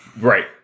Right